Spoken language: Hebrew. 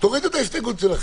תורידו את ההסתייגות שלכם...